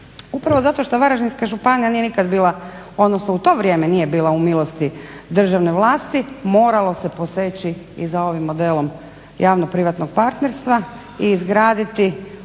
Upravo zato što Varaždinska županija nije nikad bila, odnosno u to vrijeme nije bila u milosti državne vlasti, moralo se poseći i za ovim modelom javno-privatnog partnerstva i izgraditi one